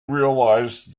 realized